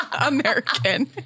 American